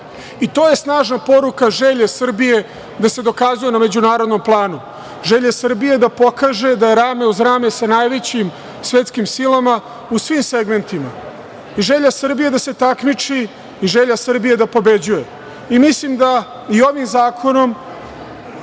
To je snažna poruka želje Srbije da se dokazuje na međunarodnom planu, želje Srbije da pokaže da je rame uz rame sa najvećim svetskim silama u svim segmentima i želja Srbije da se takmiči i želja Srbije da pobeđuje. Mislim da i ovim zakonom